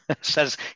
says